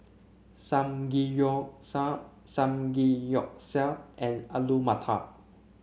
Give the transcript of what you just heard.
Samgeyopsal Samgeyopsal and Alu Matar